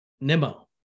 Nemo